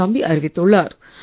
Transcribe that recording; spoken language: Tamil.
பழனிசாமி அறிவித்துள்ளார்